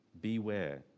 Beware